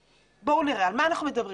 בואו נראה על מה אנחנו מדברים.